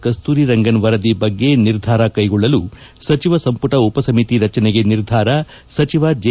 ಕಸ್ತೂರಿರಂಗನ್ ವರದಿ ಬಗ್ಗೆ ನಿರ್ಧಾರ ಕೈಗೊಳ್ಳಲು ಸಚಿವ ಸಂಪುಟ ಉಪಸಮಿತಿ ರಚನೆಗೆ ನಿರ್ಧಾರ ಸಚಿವ ಜೆ